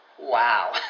wow